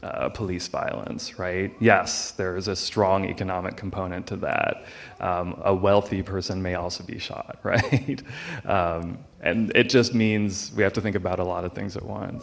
like police violence right yes there is a strong economic component to that a wealthy person may also be shot right and it just means we have to think about a lot of things at once